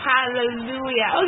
Hallelujah